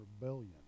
rebellion